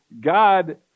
God